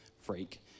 freak